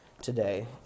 today